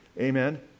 Amen